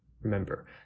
remember